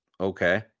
okay